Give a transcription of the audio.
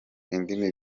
indimi